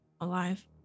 alive